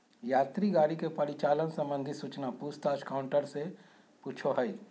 यात्री गाड़ी के परिचालन संबंधित सूचना पूछ ताछ काउंटर से पूछो हइ